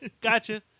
gotcha